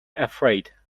afraid